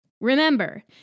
Remember